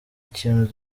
ikintu